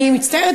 אני מצטערת,